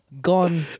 Gone